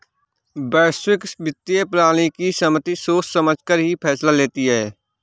वैश्विक वित्तीय प्रणाली की समिति सोच समझकर ही फैसला लेती है